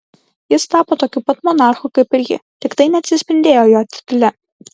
jis tapo tokiu pat monarchu kaip ir ji tik tai neatsispindėjo jo titule